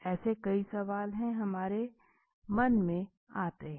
ऐसे कई सवाल हमारे मन में आते हैं